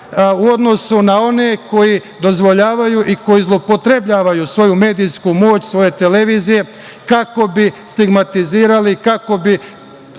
u odnosu na one koji dozvoljavaju i koji zloupotrebljavaju svoju medijsku moć svoje televizije, kako bi stigmatizirali i kako bi